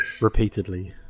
repeatedly